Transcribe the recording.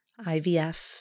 IVF